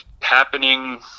happening